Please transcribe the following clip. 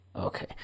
Okay